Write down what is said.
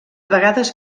vegades